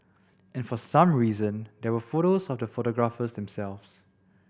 and for some reason there were photos of the photographers themselves